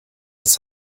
des